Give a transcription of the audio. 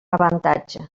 avantatge